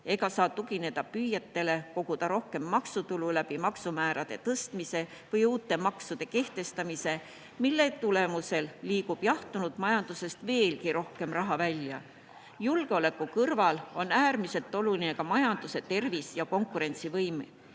ega saa tugineda püüetele koguda rohkem maksutulu läbi maksumäärade tõstmise või uute maksude kehtestamise, mille tagajärjel liigub jahtunud majandusest veelgi rohkem raha välja. Julgeoleku kõrval on äärmiselt oluline ka majanduse tervis ja konkurentsivõime.